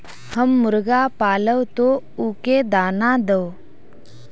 हम मुर्गा पालव तो उ के दाना देव?